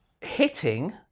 hitting